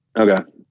Okay